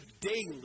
daily